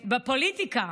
בפוליטיקה,